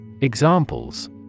Examples